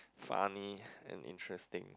funny and interesting